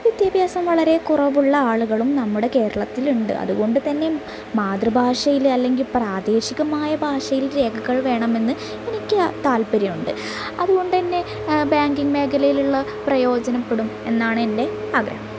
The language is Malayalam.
വിദ്യാഭ്യാസം വളരെ കുറവുള്ള ആളുകളും നമ്മുടെ കേരളത്തിലുണ്ട് അതുകൊണ്ട് തന്നെ മാതൃഭാഷയിൽ അല്ലെങ്കിൽ പ്രാദേശികമായ ഭാഷയിൽ രേഖകൾ വേണമെന്ന് എനിക്ക് താൽപര്യമുണ്ട് അതുകൊണ്ടുതന്നെ ബാങ്കിങ്ങ് മേഖലയിലുള്ള പ്രയോജനപ്പെടും എന്നാണ് എൻ്റെ ആഗ്രഹം